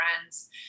friends